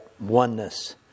oneness